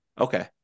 Okay